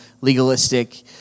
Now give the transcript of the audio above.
legalistic